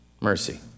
mercy